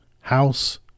house